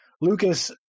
Lucas